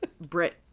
Brit